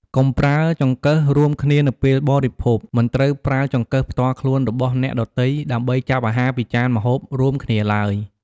កុំប្រើចង្កឹះរួមគ្នានៅពេលបរិភោគ មិនត្រូវប្រើចង្កឹះផ្ទាល់ខ្លួនរបស់អ្នកដទៃ ដើម្បីចាប់អាហារពីចានម្ហូបរួមគ្នាឡើយ។